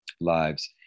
lives